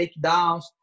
takedowns